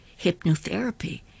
hypnotherapy